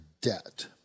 debt